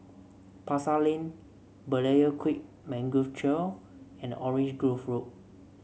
Pasar Lane Berlayer Creek Mangrove Trail and Orange Grove Road